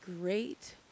great